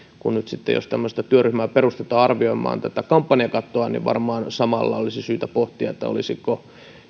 jos nyt sitten tämmöistä työryhmää perustetaan arvioimaan tätä kampanjakattoa niin varmaan samalla olisi syytä pohtia voisimmeko